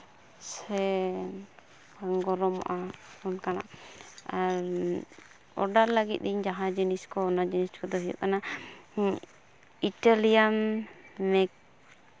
ᱥᱮ ᱵᱟᱝ ᱜᱚᱨᱚᱢᱚᱜᱼᱟ ᱚᱱᱠᱟᱱᱟᱜ ᱟᱨ ᱚᱰᱟᱨ ᱞᱟᱹᱜᱤᱫ ᱤᱧ ᱡᱟᱦᱟᱸ ᱡᱤᱱᱤᱥ ᱠᱚ ᱚᱱᱟ ᱡᱤᱱᱤᱥ ᱠᱚᱫᱚ ᱦᱩᱭᱩᱜ ᱠᱟᱱᱟ ᱤᱴᱟᱞᱤᱭᱟᱱ ᱢᱮᱠ